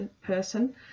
person